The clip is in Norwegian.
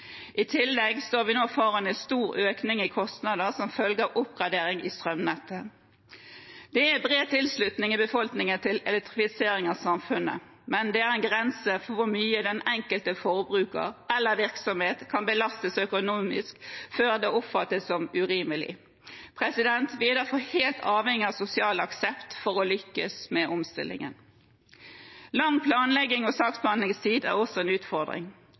I tillegg står vi nå foran en stor økning i kostnader som følge av oppgraderinger i strømnettet. Det er bred tilslutning i befolkningen til elektrifisering av samfunnet, men det er en grense for hvor mye den enkelte forbruker eller virksomhet kan belastes økonomisk før det oppfattes som urimelig. Vi er derfor helt avhengig av sosial aksept for å lykkes med omstillingen. Lang planlegging og saksbehandlingstid er også en utfordring.